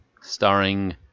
Starring